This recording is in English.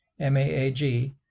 MAAG